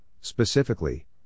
specifically